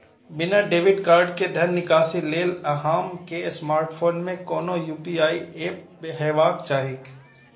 बिना debit card के धन निकासी लेल अहां के स्मार्टफोन मे कोनो यू.पी.आई एप हेबाक चाही